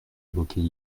évoqués